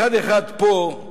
אחד-אחד פה,